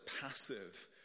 passive